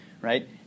right